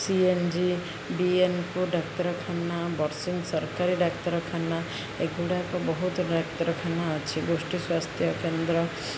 CNG ବିଏନ୍ପୋ ଡାକ୍ତରଖାନା ବର୍ଷିନ୍ ସରକାରୀ ଡାକ୍ତରଖାନା ଏଗୁଡ଼ାକ ବହୁତ ଡାକ୍ତରଖାନା ଅଛି ଗୋଷ୍ଠୀ ସ୍ୱାସ୍ଥ୍ୟ କେନ୍ଦ୍ର